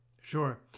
Sure